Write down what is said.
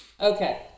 Okay